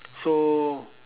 so